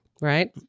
Right